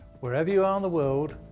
wherever you are in the world.